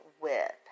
whip